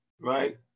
right